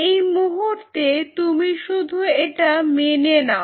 এই মুহূর্তে তুমি শুধু এটা মেনে নাও